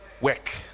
work